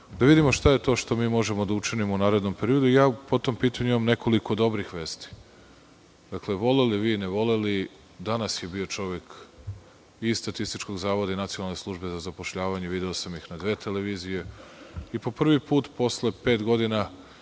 Da vidimo šta je to što možemo da učinimo u narednom periodu. Po tom pitanju imam nekoliko dobrih vesti. Voleli vi ili ne voleli, danas je bio čovek iz Statističkog zavoda i Nacionalne službe za zapošljavanje. Video sam ih na dve televizije. Po prvi put posle pet godina